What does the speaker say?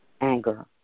anger